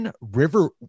River